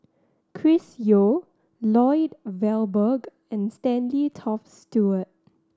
Chris Yeo Lloyd Valberg and Stanley Toft Stewart